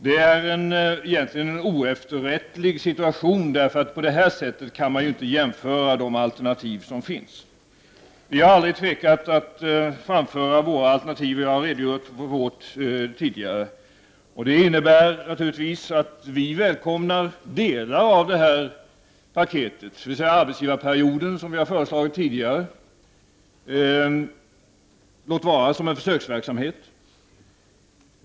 Detta är egentligen en oefterrättelig situation. På det här sättet kan man nämligen inte jämföra de alternativ som finns. Vi har aldrig tvekat att framföra våra alternativ, och jag har redogjort för dem tidigare. Det innebär naturligtvis att vi välkomnar delar av paketet. Det gäller arbetsgivarperioden, som vi har föreslagit tidigare, låt vara som en försöksverksamhet.